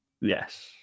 Yes